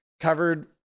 covered